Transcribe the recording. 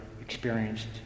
experienced